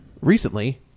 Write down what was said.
recently